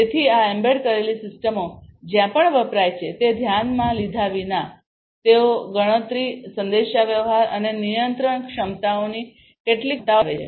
તેથી આ એમ્બેડ કરેલી સિસ્ટમો જ્યાં પણ વપરાય છે તે ધ્યાનમાં લીધા વિના તેઓ ગણતરી સંદેશાવ્યવહાર અને નિયંત્રણ ક્ષમતાઓની કેટલીક ક્ષમતાઓ ધરાવે છે